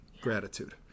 gratitude